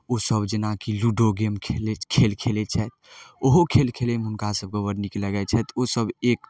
ओसभ जेनाकि ludo game खेल खेलै छथि ओहो खेल खेलैमे हुनकासभके बड़ नीक लागै छथि ओसभ एक